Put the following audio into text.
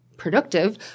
productive